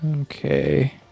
Okay